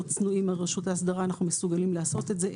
צנועים מרשות האסדרה אנחנו מסוגלים לעשות את זה,